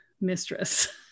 mistress